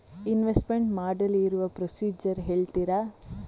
Investment ಮಾಡಲು ಇರುವ procedure ಹೇಳ್ತೀರಾ?